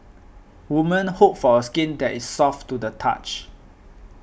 women hope for skin that is soft to the touch